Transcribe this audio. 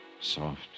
Soft